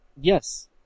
Yes